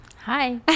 Hi